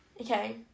Okay